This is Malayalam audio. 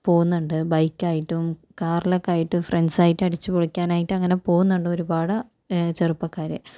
പോകുന്നുണ്ട് ബൈക്കായിട്ടും കാറിലൊക്കെ ആയിട്ടും ഫ്രണ്ട്സായിട്ട് അടിച്ചുപൊളിക്കാനായിട്ടങ്ങനെ പോകുന്നുണ്ട് ഒരുപാട് ചെറുപ്പക്കാർ